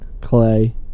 Clay